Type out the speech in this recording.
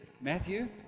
Matthew